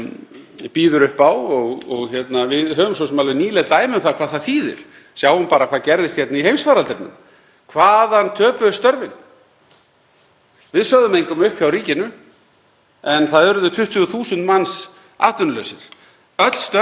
Við sögðum engum upp hjá ríkinu en það urðu 20.000 manns atvinnulaus. Öll störfin töpuðust í einkageiranum og að því leyti til má segja að það sé almennt meira starfsöryggi, ef við erum að ganga í gegnum efnahagsþrengingar,